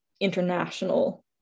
international